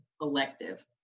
elective